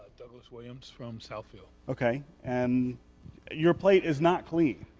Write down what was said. douglas williams from southfield okay. and your plate is not clean.